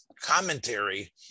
commentary